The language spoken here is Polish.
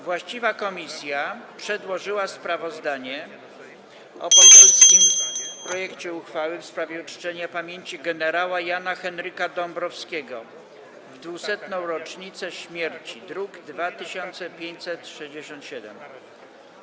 Właściwa komisja przedłożyła sprawozdanie o poselskim projekcie uchwały w sprawie uczczenia pamięci gen. Jana Henryka Dąbrowskiego w 200. rocznicę śmierci, druk nr 2567.